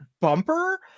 bumper